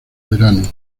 verano